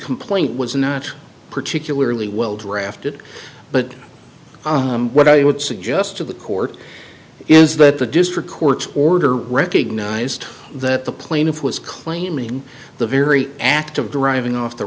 complaint was not particularly well drafted but what i would suggest to the court is that the district court's order recognized that the plaintiff was claiming the very act of driving off the